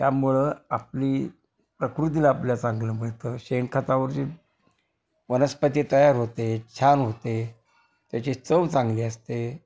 त्यामुळं आपली प्रकृतीला आपल्या चांगलं मिळतं शेणखतावर जी वनस्पती तयार होते छान होते त्याची चव चांगली असते